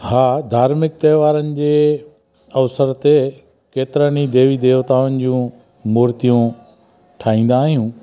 हा धार्मिक त्योहारनि जे अवसर ते केतिरनि ई देवी देवताउनि जूं मूर्तियूं ठाहींदा आहियूं